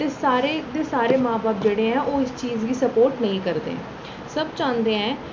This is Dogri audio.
ते सारे दे सारे मां बब्ब जेह्ड़े न ओह् इस चीज गी सपोर्ट नेईं करदे सब चांह्दे ऐ कि